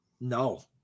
No